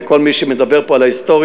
וכל מי שמדבר פה על ההיסטוריה,